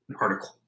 article